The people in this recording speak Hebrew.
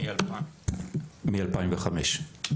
מ-2005.